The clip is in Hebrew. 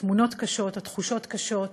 התמונות קשות, התחושות קשות,